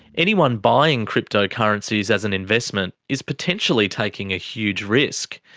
anyone buying cryptocurrencies as an investment is potentially taking a huge risk.